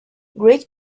great